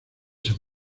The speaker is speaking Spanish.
san